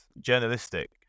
journalistic